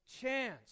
chance